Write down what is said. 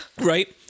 right